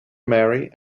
mary